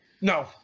no